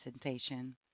presentation